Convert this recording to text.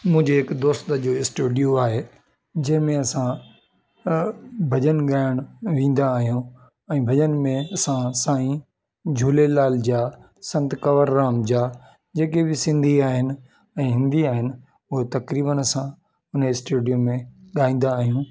मुंहिंजे हिकु दोस्त जो स्टूडियो आहे जंहिंमें असां भॼनु ॻाइणु वेंदा आहियूं ऐ भॼन में असां साईं झूलेलाल जा संत कवरराम जा जेके बि सिंधी आहिनि ऐं हिंदी आहिनि उहे तकरीबन असां उन स्टूडियो में ॻाईंदा आहियूं